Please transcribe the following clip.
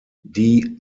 die